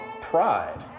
pride